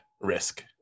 risk